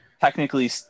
technically